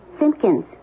Simpkins